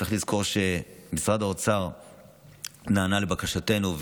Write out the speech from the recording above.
צריך לזכור שמשרד האוצר נענה לבקשתנו,